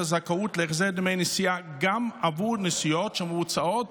הזכאות להחזר דמי נסיעה גם עבור נסיעות שמבוצעות